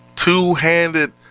Two-handed